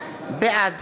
בעד